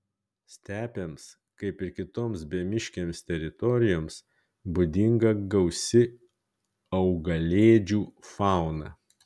stepėms kaip ir kitoms bemiškėms teritorijoms būdinga gausi augalėdžių fauna